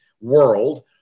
world